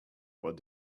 what